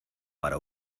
para